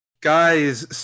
Guys